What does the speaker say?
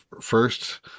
first